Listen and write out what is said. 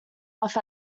off